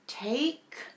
Take